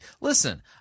Listen